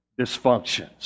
dysfunctions